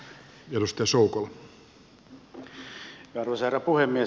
arvoisa herra puhemies